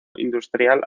industrial